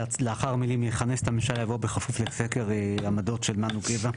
לאחר המילים 'יכנס את הממשלה' יבוא 'בכפוף לסקר עמדות של מנו גבע'.